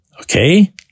okay